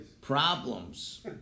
Problems